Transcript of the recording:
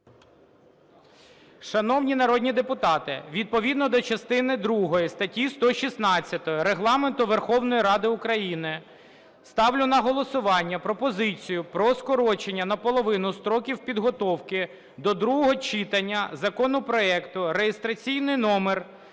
Шановні народні депутати, відповідно до частини другої статті 166 Регламенту Верховної Ради України ставлю на голосування пропозицію про скорочення наполовину строків підготовки до другого читання законопроекту, реєстраційний номер